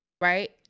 Right